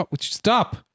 Stop